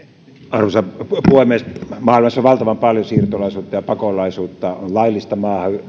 arvoisa puhemies maailmassa on valtavan paljon siirtolaisuutta ja pakolaisuutta on laillista